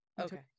okay